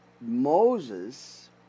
Moses